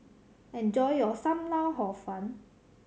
enjoy your Sam Lau Hor Fun